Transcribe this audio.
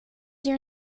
your